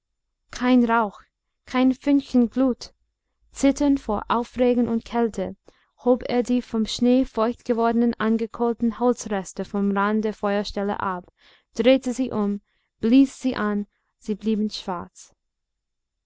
kein rauch kein fünkchen glut zitternd vor aufregung und kälte hob er die vom schnee feucht gewordenen angekohlten holzreste vom rand der feuerstelle ab drehte sie um blies sie an sie blieben schwarz